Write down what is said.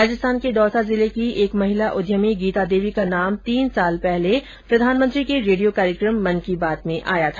राजस्थान के दौसा जिले की एक महिला उद्यमी गीता देवी का नाम तीन साल पहले प्रधानमंत्री के रेडियो कार्यक्रम मन की बात में आया था